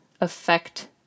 affect